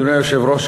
אדוני היושב-ראש,